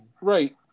right